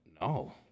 no